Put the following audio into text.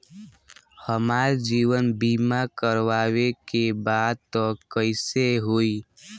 हमार जीवन बीमा करवावे के बा त कैसे होई?